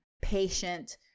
patient